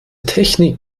technik